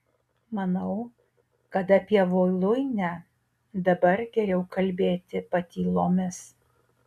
manau kad apie voluinę dabar geriau kalbėti patylomis